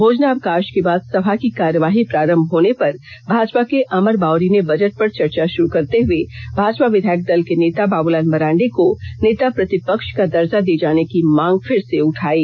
भोजनावकाष के बाद सभा की कार्यवाही प्रारंभ होने पर भाजपा के अमर बाउरी ने बजट पर चर्चा शुरू करते हुए भाजपा विधायक दल के नेता बाबूलाल मरांडी को नेता प्रतिपक्ष का दर्जा दिये जाने की मांग फिर से उठायी